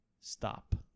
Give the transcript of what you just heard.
stop